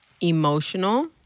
emotional